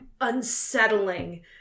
unsettling